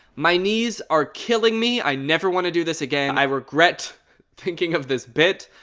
my knees are killing me i never wanna do this again. i regret thinking of this bit.